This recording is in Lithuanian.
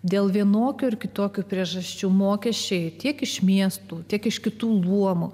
dėl vienokių ar kitokių priežasčių mokesčiai tiek iš miestų tiek iš kitų luomų